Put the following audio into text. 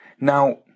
Now